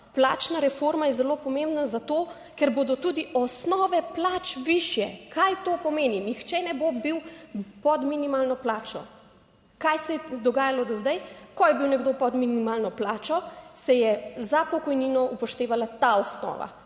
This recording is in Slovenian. plačna reforma je zelo pomembna, zato ker bodo tudi osnove plač višje. Kaj to pomeni? Nihče ne bo bil pod minimalno plačo. Kaj se je dogajalo do zdaj? Ko je bil nekdo pod minimalno plačo, se je za pokojnino upoštevala ta osnova